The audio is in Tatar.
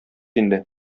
инде